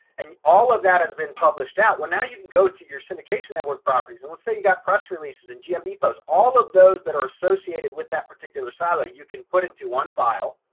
and all of that has been published out when now you can go to your syndication network properties and let's say you got press releases and gmb posts, all of those that are associated with that particular silo, you can put into one file.